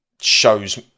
shows